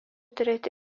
turėti